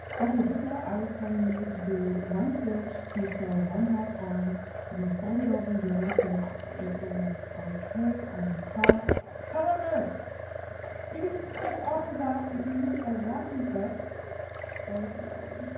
okay, just now i was telling you to do one stitch to sew one half on and then fold it over and do one and more stitch it will look okay on the top. however you can just skip all of that if you use a walking foot sorry for yelling.